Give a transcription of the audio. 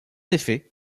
effet